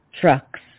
trucks